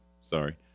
sorry